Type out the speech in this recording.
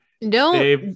No